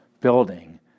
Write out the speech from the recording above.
building